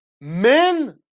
Men